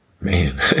man